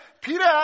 Peter